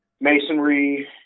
Masonry